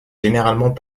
généralement